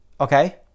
okay